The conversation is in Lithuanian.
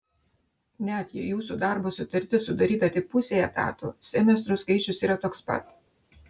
net jei jūsų darbo sutartis sudaryta tik pusei etato semestrų skaičius yra toks pat